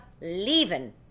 leaving